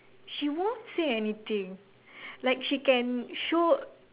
she won't say anything like she can show